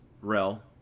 Rel